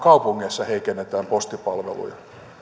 kaupungeissa heikennetään postipalveluja